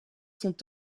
sont